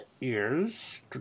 Ears